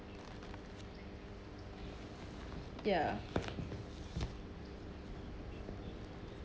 ya